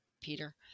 Peter